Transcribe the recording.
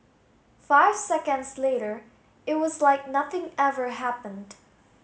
five seconds later it was like nothing ever happened